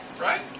Right